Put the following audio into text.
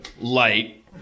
light